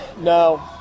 No